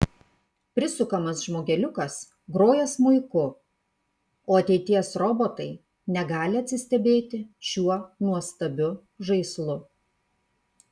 prisukamas žmogeliukas groja smuiku o ateities robotai negali atsistebėti šiuo nuostabiu žaislu